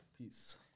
Peace